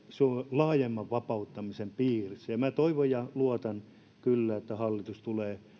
laajemman vapauttamisen piirissä toivon ja luotan kyllä että hallitus tulee